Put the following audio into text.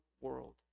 world